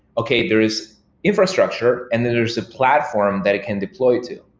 okay. there is infrastructure and then there's a platform that it can deploy to.